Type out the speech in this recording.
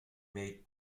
made